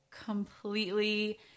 completely